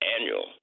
annual